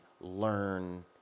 learn